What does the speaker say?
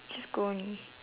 just go only